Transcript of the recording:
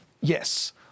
yes